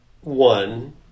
one